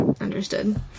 Understood